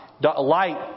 Light